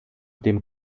dem